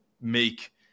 make